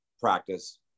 practice